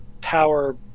power